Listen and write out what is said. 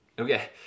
okay